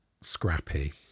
scrappy